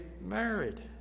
married